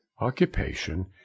occupation